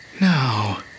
Now